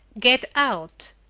get out!